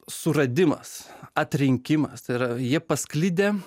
suradimas atrinkimas tai yra jie pasklidę